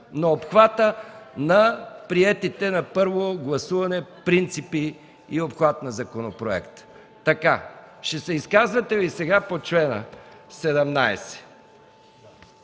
на обхвата на приетите на първо гласуване принципи и обхват на законопроекта. Ще има ли изказвания сега по чл. 17?